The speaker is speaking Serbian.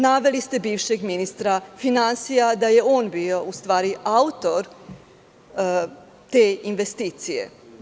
Naveli ste bivšeg ministra finansija da je on bio u stvari autor te investicije.